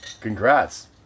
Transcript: Congrats